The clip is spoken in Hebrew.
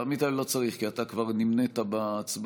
עמית, לא צריך, כי אתה כבר נמנית בהצבעה.